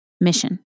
mission